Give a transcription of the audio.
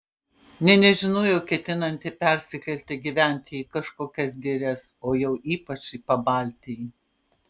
nė nežinojau ketinanti persikelti gyventi į kažkokias girias o jau ypač į pabaltijį